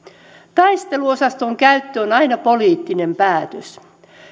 taisteluosaston käyttö on aina poliittinen päätös